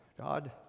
God